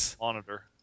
monitor